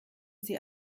sie